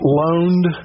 loaned